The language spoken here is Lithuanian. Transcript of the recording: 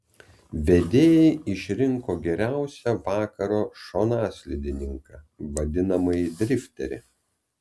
vedėjai išrinko geriausią vakaro šonaslydininką vadinamąjį drifterį